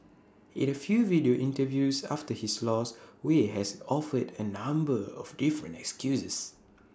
in A few video interviews after his loss Wei has offered A number of different excuses